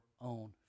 own